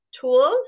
tools